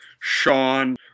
Sean